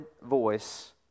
voice